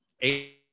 eight